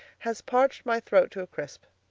has parched my throat to a crisp.